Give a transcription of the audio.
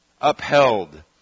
upheld